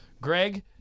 Greg